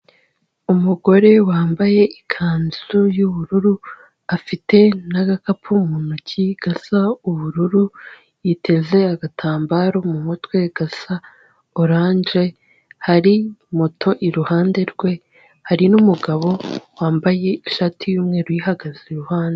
Umugore wambaye ikanzu y'ubururu afite n'agakapu mu ntoki gasa ubururu yiteze agatambaro mu mutwe gasa orange hari moto iruhande rwe hari n'umugabo wambaye ishati y'umweru umuhagaze iruhande.